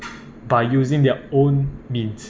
by using their own means